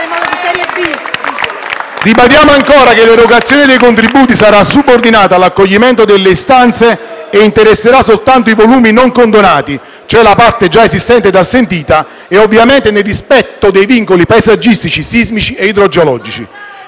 Ribadiamo ancora che l'erogazione dei contributi sarà subordinata all'accoglimento delle istanze e interesserà soltanto i volumi non condonati, cioè la parte già esistente ed assentita, e ovviamente nel rispetto dei vincoli paesaggistici, sismici e idrogeologici.